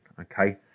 Okay